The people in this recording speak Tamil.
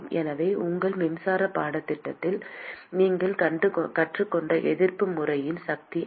எனவே உங்கள் மின்சார பாடத்தில் நீங்கள் கற்றுக்கொண்ட எதிர்ப்பு முறையின் சக்தி அது